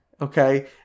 Okay